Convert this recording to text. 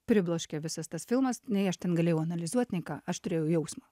pribloškė visas tas filmas nei aš ten galėjau analizuot nei ką aš turėjau jausmą